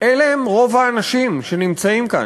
שאלה רוב האנשים שנמצאים כאן.